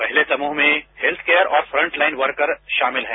पहले समूह में हैत्थ केयर और फ्रंट लाइन वर्कर शामिल हैं